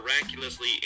miraculously